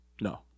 No